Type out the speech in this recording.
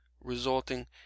resulting